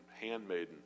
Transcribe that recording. handmaiden